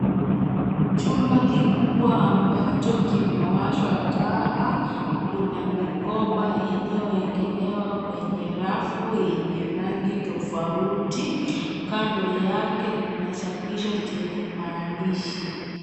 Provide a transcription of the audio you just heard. Chumba kikubwa ambacho kimewashwa taa, kuna mikoba iliyoekelewa kwenye rafu yenye rangi tofauti. Kando yake kuna chapisho chenye maandishi.